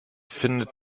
findet